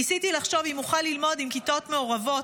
ניסיתי לחשוב אם אוכל ללמוד בכיתות מעורבות,